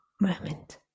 moment